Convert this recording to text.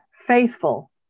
faithful